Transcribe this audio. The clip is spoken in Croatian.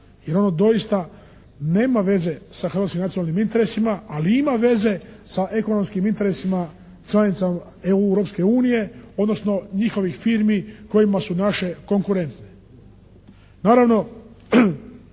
jer ono doista nema veze sa hrvatskim nacionalnim interesima ali ima veze sa ekonomskim interesima članica Europske unije, odnosno njihovih firmi kojima su naše konkurentne.